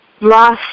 lost